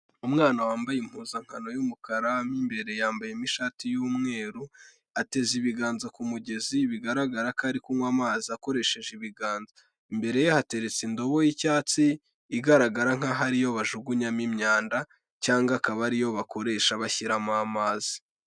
Umwana wambaye impuzankano y'umukara mo imbere yambaye mo ishati y'umweru ateze ibiganza ku mugezi bigaragara ko ari kunywa amazi akoresheje ibiganza, imbere hateretse indobo y'icyatsi igaragara nk'aho ariyo bajugunyamo imyanda cyangwa akaba ariyo bakoresha bashyiramo amazi.